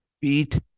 Beat